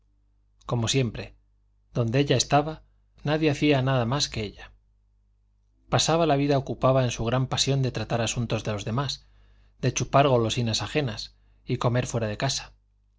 como siempre donde ella estaba nadie hacía nada más que ella pasaba la vida ocupada en su gran pasión de tratar asuntos de los demás de chupar golosinas ajenas y comer fuera de casa